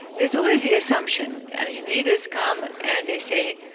there's always the assumption i mean, readers come and they say,